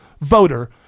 voter